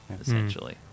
essentially